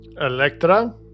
Electra